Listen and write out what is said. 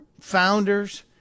founders